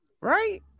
right